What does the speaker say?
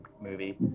movie